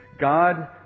God